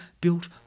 built